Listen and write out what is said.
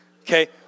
okay